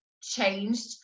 changed